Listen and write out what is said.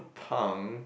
punk